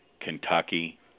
Kentucky